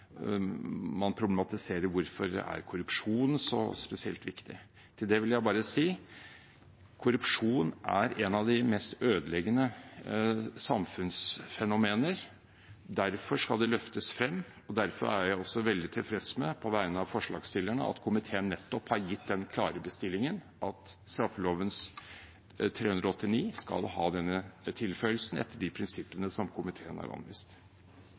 man problematiserer hvorfor korrupsjon er så spesielt viktig. Til det vil jeg bare si: Korrupsjon er et av de mest ødeleggende samfunnsfenomener. Derfor skal det løftes frem, og derfor er jeg også veldig tilfreds med, på vegne av forslagsstillerne, at komiteen nettopp har gitt den klare bestillingen at straffeloven § 389 skal ha denne tilføyelsen etter de prinsippene som komiteen har anvist.